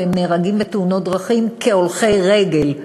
והם נהרגים בתאונות דרכים כהולכי רגל.